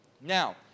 now